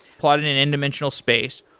plotted in an in-dimensional space.